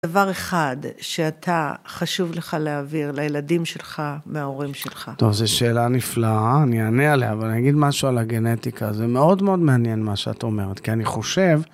דבר אחד שאתה חשוב לך להעביר לילדים שלך, מההורים שלך. טוב, זו שאלה נפלאה, אני אענה עליה, אבל אני אגיד משהו על הגנטיקה. זה מאוד מאוד מעניין מה שאת אומרת, כי אני חושב...